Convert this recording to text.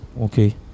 Okay